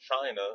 China